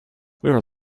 were